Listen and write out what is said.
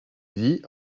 vies